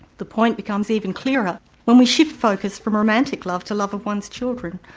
the point becomes even clearer when we shift focus from romantic love to love of one's children.